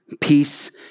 Peace